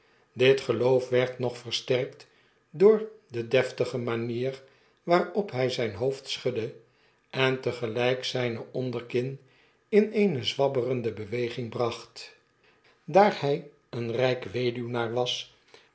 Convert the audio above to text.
dit geloof werd nog versterkt door de deftige mamer waarop hjj zp hoofd schudde en tegelp zpe onderkin in eene zwabberende beweging bracht daar hy een rijke weduwnaar was